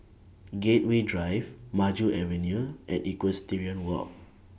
Gateway Drive Maju Avenue and Equestrian Walk